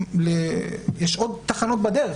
יש עוד תחנות בדרך,